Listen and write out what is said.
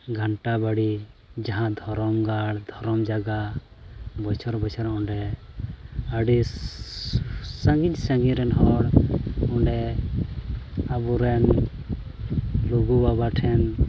ᱜᱷᱟᱱᱴᱟ ᱵᱟᱲᱮ ᱡᱟᱦᱟᱸ ᱫᱷᱚᱨᱚᱢ ᱜᱟᱲ ᱫᱷᱚᱨᱚᱢ ᱡᱟᱭᱜᱟ ᱵᱚᱪᱷᱚᱨ ᱵᱚᱪᱷᱚᱨ ᱚᱸᱰᱮ ᱟᱹᱰᱤ ᱥᱟᱺᱜᱤᱧ ᱥᱟᱺᱜᱤᱧ ᱨᱮᱱ ᱦᱚᱲ ᱚᱸᱰᱮ ᱟᱵᱚ ᱨᱮᱱ ᱞᱩᱜᱩ ᱵᱟᱵᱟ ᱴᱷᱮᱱ